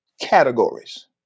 categories